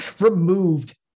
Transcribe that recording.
removed